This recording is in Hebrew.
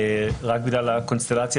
רק בגלל הקונסטלציה